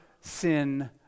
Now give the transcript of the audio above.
sin